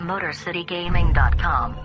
MotorCityGaming.com